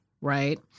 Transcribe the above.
right